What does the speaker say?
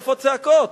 איפה הצעקות?